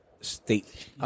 state